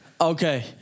Okay